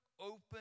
Open